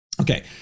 Okay